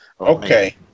Okay